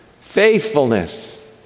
faithfulness